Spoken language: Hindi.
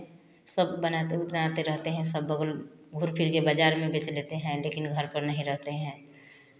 सब बनाते उनाते रहते हैं सब बगल घुर फिर के बाज़ार में बेच लेते हैं लेकिन घर पर नहीं रहते हैं